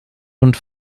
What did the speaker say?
und